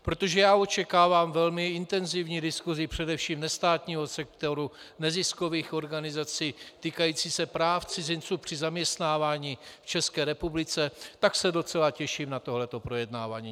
Protože já očekávám velmi intenzivní diskusi především nestátního sektoru, neziskových organizací, týkající se práv cizinců při zaměstnávání v České republice, tak se docela těším na toto projednávání.